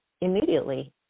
immediately